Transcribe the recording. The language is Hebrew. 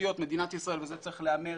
תשתיות מדינת ישראל וצריך להיאמר,